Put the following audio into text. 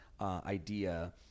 Idea